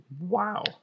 wow